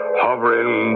hovering